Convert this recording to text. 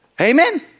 Amen